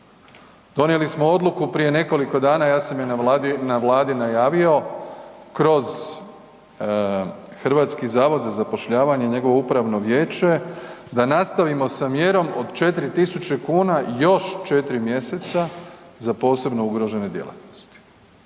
Donijeli smo odluku prije nekoliko dana, ja sam je na vladi, na vladi najavio kroz HZZ i njegovo upravno vijeće da nastavimo s mjerom od 4.000 kuna još 4 mjeseca za posebno ugrožene djelatnosti.